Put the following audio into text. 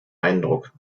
eindruck